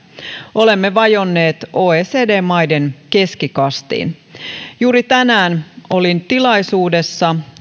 olemme vajonneet oecd maiden keskikastiin juuri tänään olin tilaisuudessa